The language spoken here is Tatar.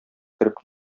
кереп